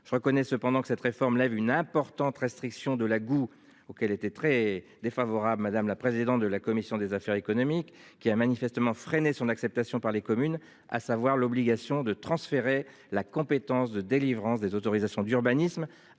je reconnais cependant que cette réforme lève une importante restriction de la goût auquel était très défavorable. Madame la présidente de la commission des affaires économiques qui a manifestement freiner son acceptation par les communes, à savoir l'obligation de transférer la compétence de délivrance des autorisations d'urbanisme